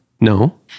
No